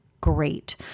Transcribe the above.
Great